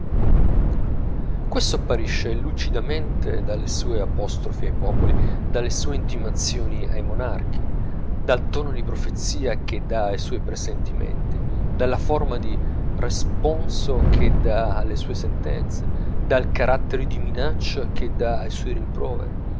questo apparisce lucidamente dalle sue apostrofi ai popoli dalle sue intimazioni ai monarchi dal tono di profezia che dà ai suoi presentimenti dalla forma di responso che dà alle sue sentenze dal carattere di minaccia che dà ai suoi rimproveri